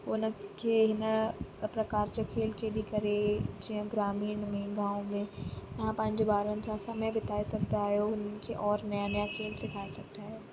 हुनखे हिन प्रकार जा खेलु खेली करे जीअं ग्रामीण में गांव में तव्हां पंहिंजे ॿारनि सां समय बिताए सघंदा आहियो हुननि खे और नवां नवां खेलु सिखाए सघंदा आहियो